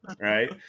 right